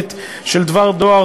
להטלת עיצום כספי נגדה,